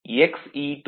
u